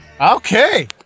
Okay